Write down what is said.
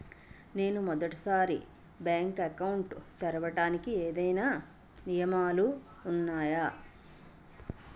నేను మొదటి సారి బ్యాంక్ అకౌంట్ తెరవడానికి ఏమైనా నియమాలు వున్నాయా?